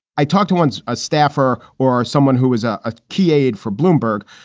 i talked to once a staffer or someone who is ah a key aide for bloomberg,